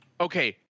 okay